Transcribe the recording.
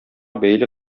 бәйле